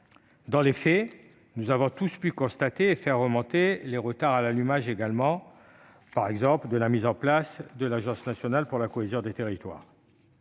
Dans les faits, nous avons tous pu constater et faire remonter les retards à l'allumage liés à la mise en place de l'Agence nationale de la cohésion des territoires